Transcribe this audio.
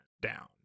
down